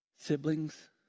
Siblings